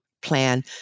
plan